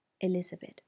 Elizabeth